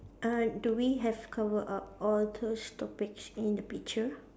uh do we have cover up all those topics in the picture